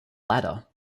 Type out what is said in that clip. ladder